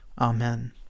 Amen